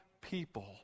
people